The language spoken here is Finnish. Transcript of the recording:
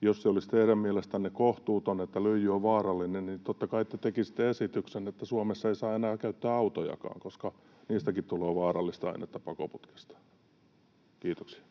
Jos se olisi teidän mielestänne kohtuutonta, että lyijy on vaarallinen, niin totta kai te tekisitte esityksen, että Suomessa ei saa enää käyttää autojakaan, koska niistäkin tulee vaarallista ainetta pakoputkesta. — Kiitoksia.